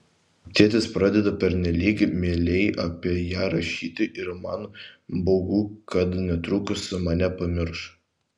tėtis pradeda pernelyg meiliai apie ją rašyti ir man baugu kad netrukus mane pamirš